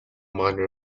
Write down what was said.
minor